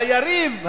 היריב,